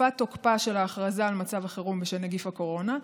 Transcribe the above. בתקופת תוקפה של ההכרזה על מצב החירום בשל נגיף הקורונה,